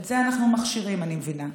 את זה אנחנו מכשירים, אני מבינה.